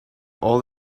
all